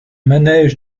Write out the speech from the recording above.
manège